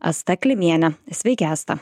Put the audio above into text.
asta klimiene sveiki asta